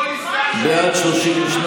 בעד, 32,